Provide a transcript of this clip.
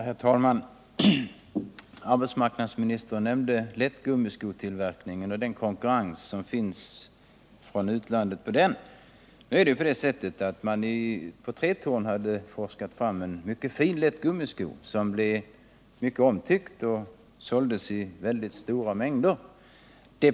Herr talman! Arbetsmarknadsministern nämnde lättgummiskotillverkningen och konkurrensen från utlandet på det området. Nu hade man ju på Tretorn forskat fram en väldigt fin lättgummisko som blev mycket omtyckt och såldes i stora mängder.